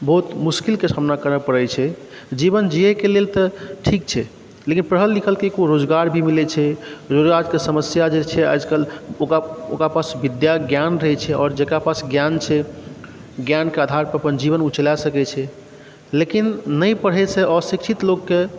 बहुत मुश्किलके सामना करय पड़ैत छै जीवन जियैके लेल तऽ ठीक छै लेकिन पढ़ल लिखलकेँ रोजगार भी मिलैत छै रोजगारके समस्या जे छै आजकल ओकरा ओकरा पास विद्या ज्ञान रहैत छै आओर जेकरा पास ज्ञान छै ज्ञानके आधारपर अपन जीवन ओ चला सकैत छै लेकिन नहि पढ़यसँ अशिक्षित लोककेँ